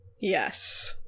Yes